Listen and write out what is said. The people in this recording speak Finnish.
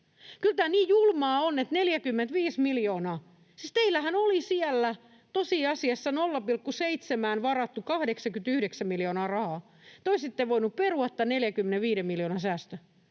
Kyllä tämä niin julmaa on, että 45 miljoonaa... Siis teillähän oli siellä tosiasiassa 0,7:ään varattu 89 miljoonaa rahaa. Te olisitte voineet perua tämän 45 miljoonan säästön